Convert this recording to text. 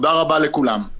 תודה רבה לכולם.